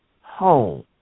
home